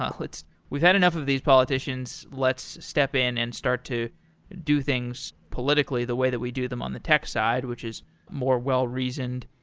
ah we've had enough of these politicians, let's step in and start to do things politically the way that we do them on the tech side, which is more well-reasoned.